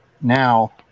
Now